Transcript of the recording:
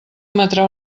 emetrà